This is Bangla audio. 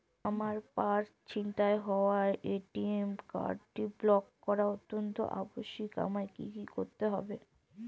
আমার পার্স ছিনতাই হওয়ায় এ.টি.এম কার্ডটি ব্লক করা অত্যন্ত আবশ্যিক আমায় কী কী করতে হবে?